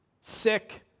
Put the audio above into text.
sick